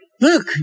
look